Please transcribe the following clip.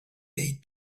bade